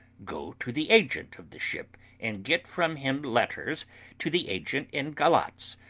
go to the agent of the ship and get from him letters to the agent in galatz,